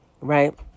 right